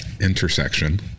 intersection